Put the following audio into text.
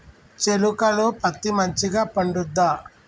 చేలుక లో పత్తి మంచిగా పండుద్దా?